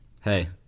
Hey